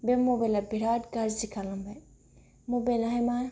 बे मबाइला बिराद गाज्रि खालामबाय मबाइलाहाय मा